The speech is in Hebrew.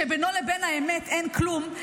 שבינו לבין האמת אין כלום,